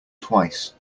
twice